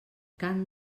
cant